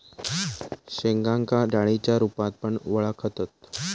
शेंगांका डाळींच्या रूपात पण वळाखतत